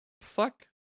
fuck